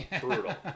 Brutal